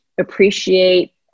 appreciate